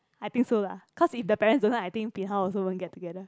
I think so lah cause if the parents don't know I think Bin Hao also won't get together